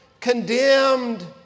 condemned